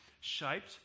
shaped